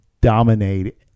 dominate